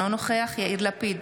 אינו נוכח יאיר לפיד,